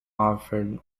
offered